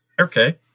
Okay